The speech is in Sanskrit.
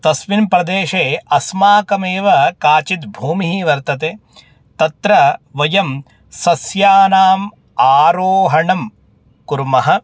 तस्मिन् प्रदेशे अस्माकमेव काचिद्भूमिः वर्तते तत्र वयं सस्यानाम् आरोपणं कुर्मः